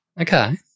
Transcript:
Okay